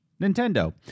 Nintendo